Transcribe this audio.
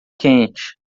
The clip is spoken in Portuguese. quente